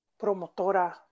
Promotora